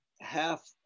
half